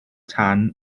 tan